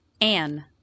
Anne